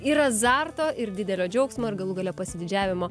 ir azarto ir didelio džiaugsmo ir galų gale pasididžiavimo